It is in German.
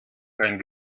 kein